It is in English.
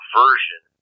version